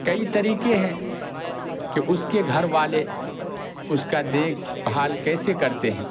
کئی طریقے ہیں کہ اس کے گھر والے اس کا دیکھ بھال کیسے کرتے ہیں